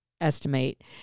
estimate